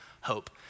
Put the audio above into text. hope